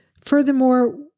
Furthermore